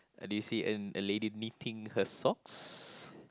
do you see a a lady knitting her socks